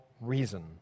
reason